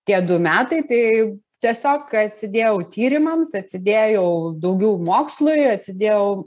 tie du metai tai tiesiog atsidėjau tyrimams atsidėjau daugiau mokslui atsidėjau